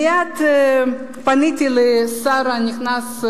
מייד פניתי לשר הנכנס,